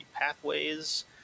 pathways